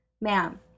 Ma'am